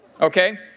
Okay